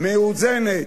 מאוזנת.